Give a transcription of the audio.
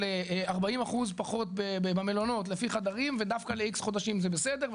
40% פחות במלונות לפי חדרים ודווקא ל-X חודשים זה בסדר,